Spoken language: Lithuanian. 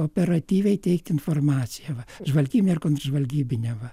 operatyviai teikti informaciją va žvalgybinę ir kontržvalgybinę va